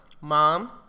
Mom